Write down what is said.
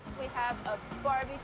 we have a